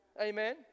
Amen